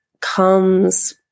comes